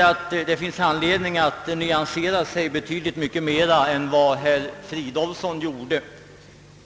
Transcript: Det finns emellertid anledning att nyansera sina uttryck betydligt mera än vad herr Fridolfsson gjorde.